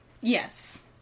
Yes